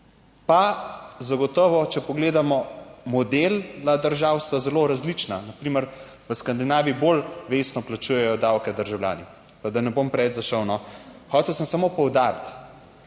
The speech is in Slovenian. Pa zagotovo, če pogledamo model držav, sta zelo različna. Na primer v Skandinaviji bolj vestno plačujejo davke državljani. Pa da ne bom preveč zašel, no. Hotel sem samo poudariti,